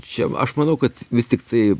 čia aš manau kad vis tiktai